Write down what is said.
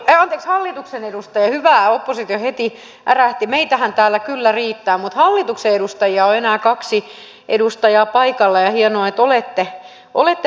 anteeksi hallituksen edustajia hyvä oppositio heti ärähti meitähän täällä kyllä riittää mutta hallituksen edustajia on enää kaksi edustajaa paikalla ja hienoa että olette paikalla